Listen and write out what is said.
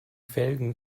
felgen